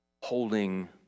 Holding